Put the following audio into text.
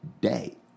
day